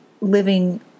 living